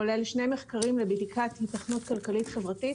כולל שני מחקרים לבדיקת ייתכנות כלכלית-חברתית